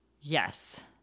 Yes